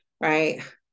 right